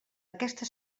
aquesta